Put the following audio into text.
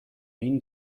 این